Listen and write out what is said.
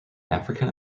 african